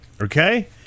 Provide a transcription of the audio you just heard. Okay